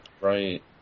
Right